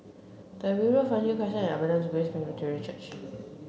Tyrwhitt Road Fernhill Crescent and Abundant Grace Presbyterian Church